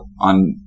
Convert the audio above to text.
on